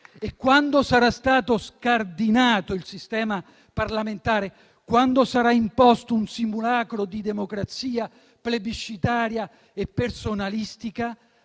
Quando sarà stato scardinato il sistema parlamentare, quando sarà imposto un simulacro di democrazia plebiscitaria e personalistica,